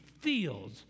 feels